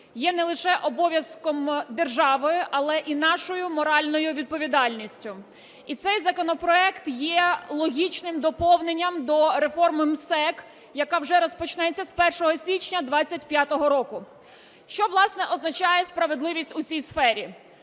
є не лише обов'язком держави, але і нашою моральною відповідальністю. І цей законопроект логічним доповненням до реформи МСЕК, яка вже розпочнеться з 1 січня 25-го року. Що, власне, означає справедливість у цій сфері?